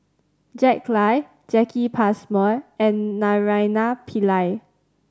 Jack Lai Jacki Passmore and Naraina Pillai